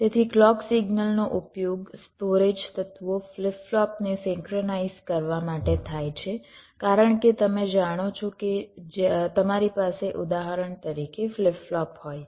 તેથી ક્લૉક સિગ્નલનો ઉપયોગ સ્ટોરેજ તત્વો ફ્લિપ ફ્લોપ ને સિંક્રનાઇઝ કરવા માટે થાય છે કારણ કે તમે જાણો છો કે જ્યારે તમારી પાસે ઉદાહરણ તરીકે ફ્લિપ ફ્લોપ હોય છે